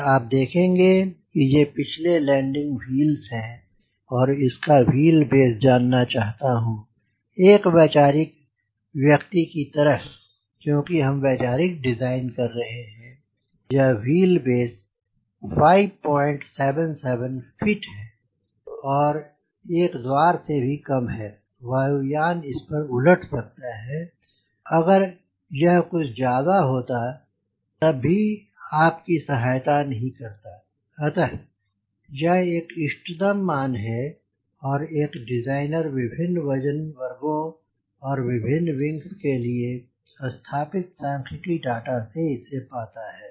अगर आप देखेंगे ये पिछले लैंडिंग व्हील्स हैं मैं इसका व्हील बेस जानना चाहता हूँ एक वैचारिक व्यक्ति की तरह क्योंकि हम वैचारिक डिज़ाइन कर रहे हैं और यह व्हील बेस 577 फ़ीट है और एक द्वार से भी काम है वायु यान इस पर से उलट सकता है और अगर यह कुछ ज्यादा होता तब भी आपकी सहायता नहीं करता अतः यह एक इष्टतम मान है और एक डिज़ाइनर विभिन्न वजन वर्गों और विभिन्न विंग्स के लिए स्थापित सांख्यिकी डेटा से इसे पाता है